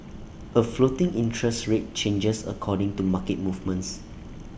A floating interest rate changes according to market movements